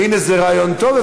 והנה זה רעיון טוב.